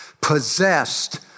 possessed